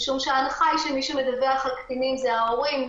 משום שההנחה היא שמי שמדווח על קטינים זה ההורים,